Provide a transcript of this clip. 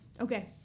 Okay